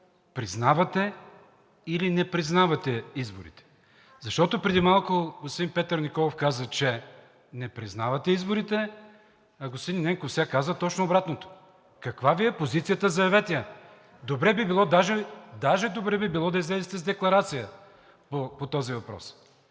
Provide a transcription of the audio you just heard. признавате или не признавате изборите, защото преди малко господин Петър Николов каза, че не признавате изборите, а господин Ненков сега каза точно обратното? Каква Ви е позицията? Заявете я, даже добре би било да излезете с декларация по този въпрос.